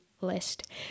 list